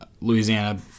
Louisiana